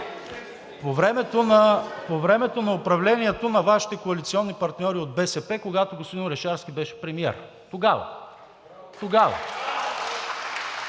По времето на управлението на Вашите коалиционни партньори от БСП, когато господин Орешарски беше премиер, тогава. Тогава!